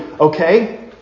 okay